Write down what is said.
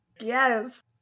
Yes